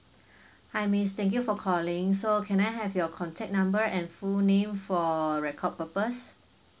hi miss thank you for calling so can I have your contact number and full name for record purpose